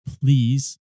please